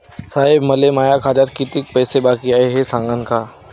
साहेब, मले माया खात्यात कितीक पैसे बाकी हाय, ते सांगान का?